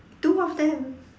two of them